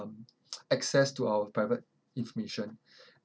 um access to our private information